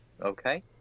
Okay